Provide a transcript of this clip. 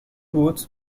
both